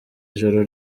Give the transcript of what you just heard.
ijoro